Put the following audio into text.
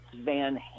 van